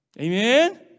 Amen